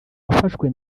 wafashwe